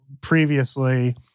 previously